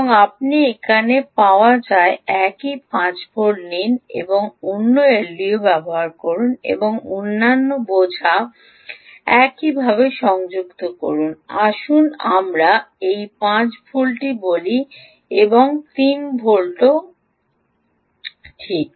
এবং আপনি এখানে পাওয়া যায় একই 5 ভোল্ট নিন এবং অন্য এলডিও ব্যবহার করুন এবং অন্যান্য বোঝা এইভাবে সংযুক্ত করুন আসুন আমরা এটি 3 ভোল্ট বলি এটি 3 ভোল্টও ঠিক